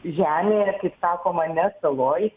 žemėje ir kaip sakoma ne saloj